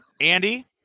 Andy